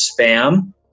spam